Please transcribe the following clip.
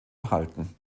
erhalten